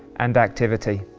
and activity.